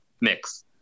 mix